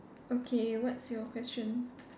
okay what's your question